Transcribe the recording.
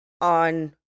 on